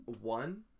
one